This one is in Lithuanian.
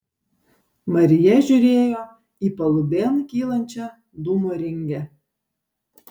marija žiūrėjo į palubėn kylančią dūmo ringę